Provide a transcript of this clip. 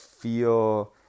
feel